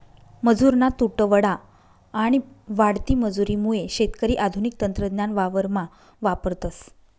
मजुरना तुटवडा आणि वाढती मजुरी मुये शेतकरी आधुनिक तंत्रज्ञान वावरमा वापरतस